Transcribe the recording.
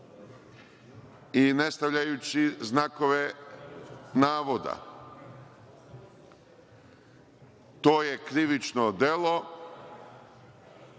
i ne stavljajući znakove navoda. To je krivično delo